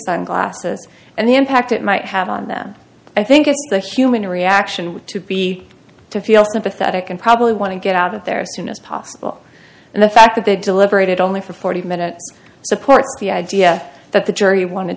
sunglasses and the impact it might have on them i think it's a human reaction to be to feel sympathetic and probably want to get out of there soon as possible and the fact that they deliberated only for forty minutes supports the idea that the jury wanted